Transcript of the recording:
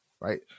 right